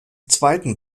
zweiten